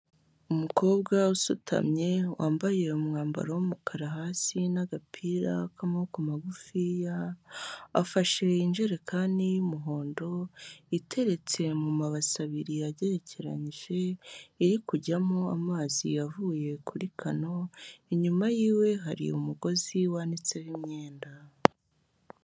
Umukobwa usutamye wambaye umwambaro w'umukara hasi n'agapira k'amaboko magufi, afashe injerekani y'umuhondo iteretse mu mabasi abiri yagerekeranyije iri kujyamo amazi avuye kuri kano, inyuma y'iwe hari umugozi wanitseho imyenda.